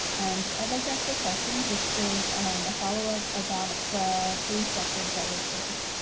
and i'd like to ask a question which is a follow up about the police records that were purged.